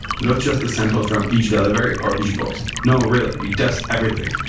not just a sample from each delivery or each box. no really, we test everything.